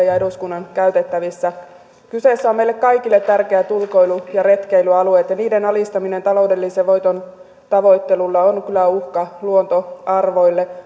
ja eduskunnan käytettävissä kyseessä ovat meille kaikille tärkeät ulkoilu ja retkeilyalueet ja niiden alistaminen taloudellisen voiton tavoittelulle on kyllä uhka luontoarvoille